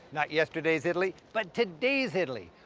not yesterday's italy, but today's italy.